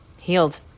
Healed